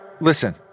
Listen